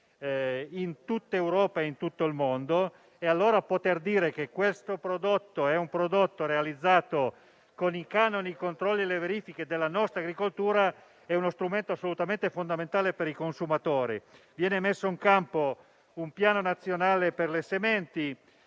in tutta Europa e in tutto il mondo. Poter dire che un certo prodotto è stato realizzato con i canoni, i controlli e le verifiche della nostra agricoltura è uno strumento assolutamente fondamentale per i consumatori. Viene messo in campo un piano nazionale per le sementi,